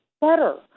better